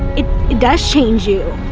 it does change you.